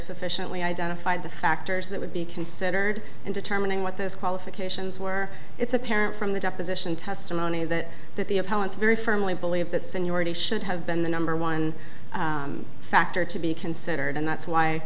sufficiently identified the factors that would be considered in determining what those qualifications were it's apparent from the deposition testimony that that the appellant's very firmly believe that seniority should have been the number one factor to be considered and that's why